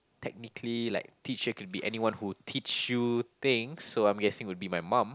technically like teacher could be anyone who teach you things so I'm guessing would be my mum